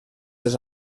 dels